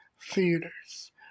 theaters